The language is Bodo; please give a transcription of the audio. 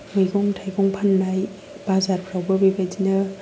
मैगं थाइगं फाननाय बाजारफ्रावबो बेबायदिनो